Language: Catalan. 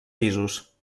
pisos